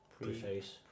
Preface